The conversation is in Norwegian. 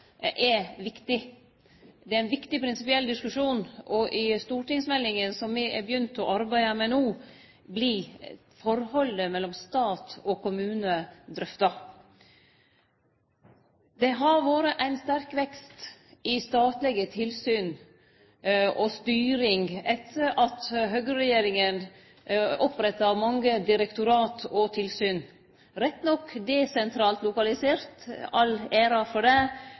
er viktig. Det er ein viktig prinsipiell diskusjon. I stortingsmeldinga som me har begynt å arbeide med no, vert forholdet mellom stat og kommune drøfta. Det har vore ein sterk vekst i statlege tilsyn – og styring – etter at høgreregjeringa oppretta mange direktorat og tilsyn, rett nok desentralt lokaliserte, all ære for det,